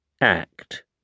act